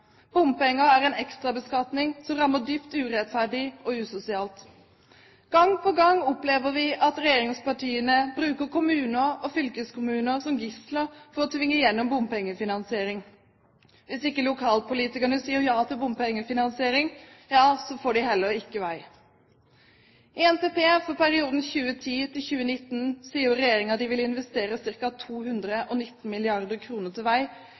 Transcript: Bompenger er en ekstrabeskatning som rammer dypt urettferdig og usosialt. Gang på gang opplever vi at regjeringspartiene bruker kommuner og fylkeskommuner som gisler for å tvinge igjennom bompengefinansiering. Hvis ikke lokalpolitikerne sier ja til bompengefinansiering, ja, så får de heller ikke vei. I NTP for perioden 2010–2019 sier jo regjeringen at de vil investere ca. 219 mrd. kr til vei.